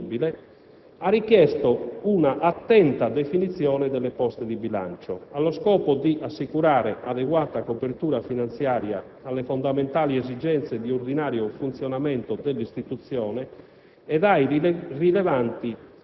(quindi, per definizione, insopprimibile), ha richiesto un'attenta definizione delle poste di bilancio, allo scopo di assicurare adeguata copertura finanziaria alle fondamentali esigenze di ordinario funzionamento dell'istituzione